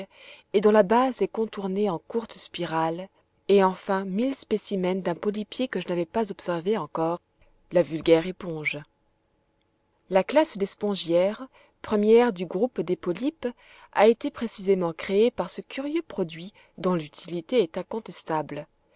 et dont la base est contournée en courte spirale et enfin mille spécimens d'un polypier que je n'avais pas observé encore la vulgaire éponge la classe des spongiaires première du groupe des polypes a été précisément créée par ce curieux produit dont l'utilité est incontestable